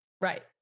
Right